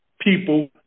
people